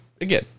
again